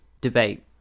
debate